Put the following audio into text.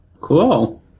Cool